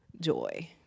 joy